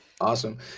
awesome